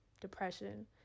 depression